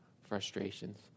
frustrations